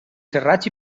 serrats